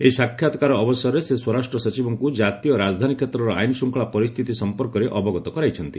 ଏହି ସାକ୍ଷାତ ଅବସରରେ ସେ ସ୍ୱରାଷ୍ଟ୍ର ସଚିବଙ୍କୁ ଜାତୀୟ ରାଜଧାନୀ କ୍ଷେତ୍ରର ଆଇନଶୃଙ୍ଖଳା ପରିସ୍ଥିତି ସଂପର୍କରେ ଅବଗତ କରାଇଛନ୍ତି